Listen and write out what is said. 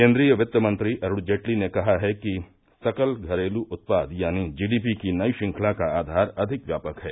केन्द्रीय वित्त मंत्री अरूण जेटली ने कहा है कि सकल घरेलू उत्पाद यानी जीडीपी की नई श्रृंखला का आधार अधिक व्यापक है